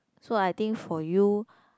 so I think for you